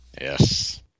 yes